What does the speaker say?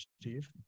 Steve